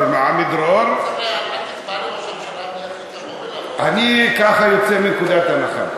עמידרור, ומעמידרור, אני ככה יוצא מנקודת הנחה.